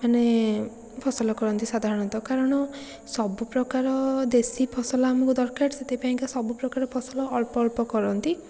ମାନେ ଫସଲ କରନ୍ତି ସାଧାରଣତଃ କାରଣ ସବୁପ୍ରକାର ଦେଶୀ ଫସଲ ଆମକୁ ଦରକାର ସେଥିପାଇଁକା ସବୁପ୍ରକାର ଫସଲ ଅଳ୍ପ ଅଳ୍ପ କରନ୍ତି